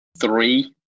three